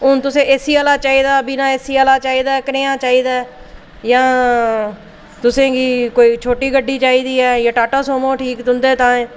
हून तुसें A C आह्ला चाहिदा बिना ए सी आह्ला चाहिदा कनेहा चाहिदा जां तुसेंगी कोई छोटी गड्डी चाहिदी ऐ जां तुसें टाटा सूमो ठीक तुं'दे ताई